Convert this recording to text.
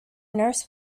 nurse